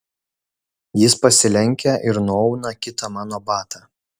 jis pasilenkia ir nuauna kitą mano batą